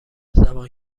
زبان